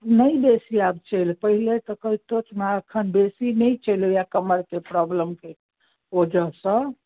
नहि बेसी आब चलि पहिने तऽ एखन बेसी नहि चलि होइए कमरके प्रॉब्लमके ओजहसँ